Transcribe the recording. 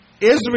Israel